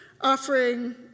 offering